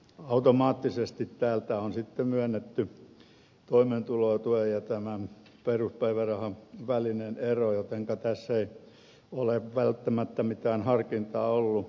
automaattisesti täältä on sitten myönnetty toimeentulotuen ja tämän peruspäivärahan välinen ero jotenka tässä ei ole välttämättä mitään harkintaa ollut